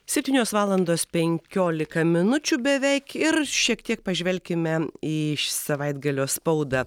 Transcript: septynios valandos penkiolika minučių beveik ir šiek tiek pažvelkime į savaitgalio spaudą